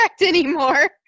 anymore